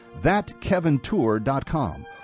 ThatKevinTour.com